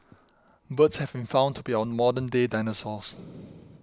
birds have been found to be our modern day dinosaurs